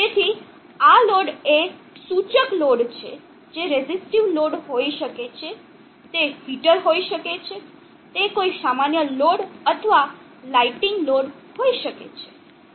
તેથી આ લોડ એ સૂચક લોડ છે જે રેસિસ્ટીવ લોડ હોઈ શકે છે તે હીટર હોઈ શકે છે તે કોઈ સામાન્ય લોડ અથવા લાઇટિંગ લોડ હોઈ શકે છે